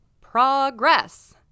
progress